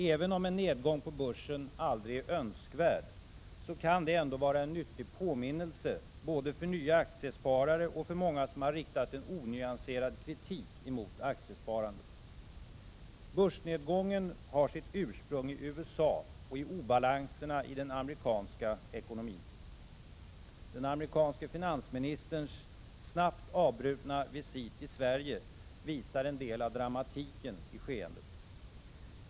Även om en nedgång på börsen aldrig är önskvärd kan detta ändå vara en nyttig påminnelse både för nya aktiesparare och för många som har riktat en onyanserad kritik mot aktiesparandet. Börsnedgången har sitt ursprung i USA och i obalanserna i den amerikanska ekonomin. Den amerikanske finansministerns snabbt avbrutna visit i Sverige visar en del av dramatiken i skeendet.